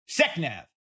SECNAV